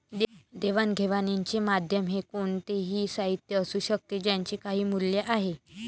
देवाणघेवाणीचे माध्यम हे कोणतेही साहित्य असू शकते ज्याचे काही मूल्य आहे